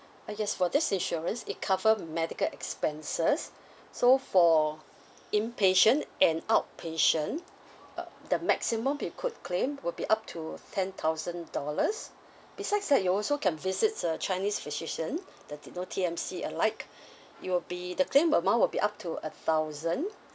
ah yes for this insurance it cover medical expenses so for inpatient and outpatient uh the maximum we could claim will be up to ten thousand dollars besides that you also can visits uh chinese physician the you know T_M_C alike it will be the claim amount will be up to a thousand